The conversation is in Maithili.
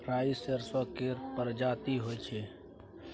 राई सरसो केर परजाती होई छै